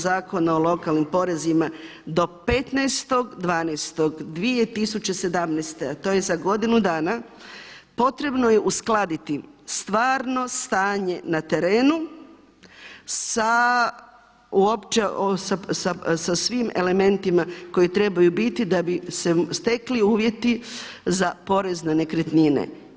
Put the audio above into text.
Zakona o lokalnim porezima do 15.12.2017., a to je za godinu dana, potrebno je uskladiti stvarno stanje na terenu sa svim elementima koji trebaju biti da bi se stekli uvjeti za porez na nekretnine.